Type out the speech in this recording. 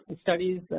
studies